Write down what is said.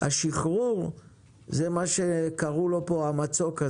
השחרור זה מה שקראו לו פה המצוק,